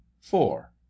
four